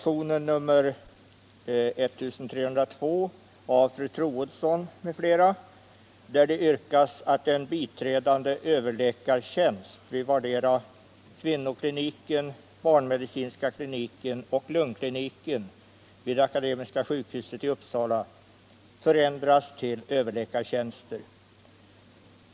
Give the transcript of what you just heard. område där det yrkas att en biträdande överläkartjänst vid vardera kvinnokliniken, barnmedicinska kliniken och lungkliniken vid Akademiska sjukhuset i Uppsala förändras till överläkartjänster.